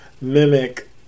mimic